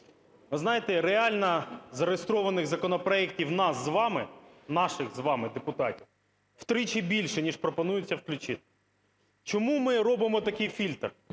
Ви знаєте, реально зареєстрованих законопроектів у нас з вами, наших з вами, депутатів, втричі більше ніж пропонується включити. Чому ми робимо такий фільтр?